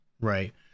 right